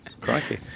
Crikey